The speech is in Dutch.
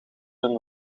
hun